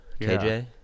KJ